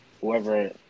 whoever